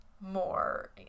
more